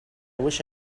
wish